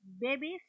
babies